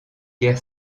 guerre